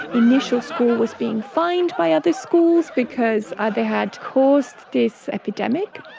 initial school was being fined by other schools because ah they had caused this epidemic.